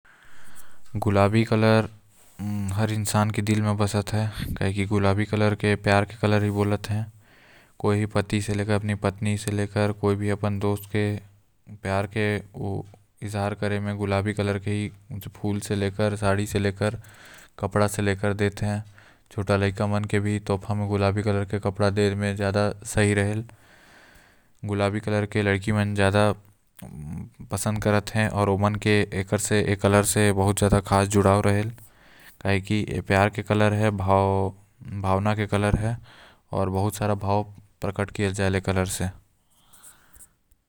गुलाबी कलर हर इंसान के दिल म बसते आऊ काबर की गुलाबी कलर म एक नरमी होएल आऊ जो लाइका मन ला भी पसंद रहते। आऊ ओ लड़की मन के भी ज्यादा पसंद वाला रंग रोहित ए।